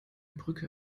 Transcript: brücke